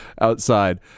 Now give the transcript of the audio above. outside